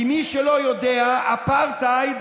כי מי שלא יודע, אפרטהייד,